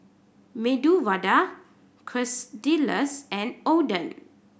Medu Vada Quesadillas and Oden